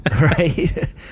Right